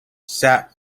sat